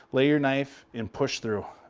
lay your knife, and push through.